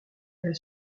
elle